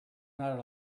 not